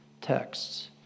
texts